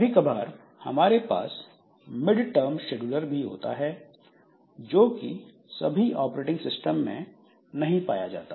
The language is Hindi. कभी कभार हमारे पास मिड टर्म शेड्यूलर भी होता है जो कि सभी ऑपरेटिंग सिस्टम में नहीं पाया जाता